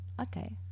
Okay